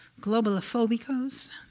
globalophobicos